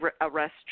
arrest